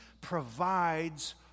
provides